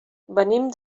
venim